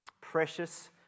Precious